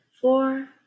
four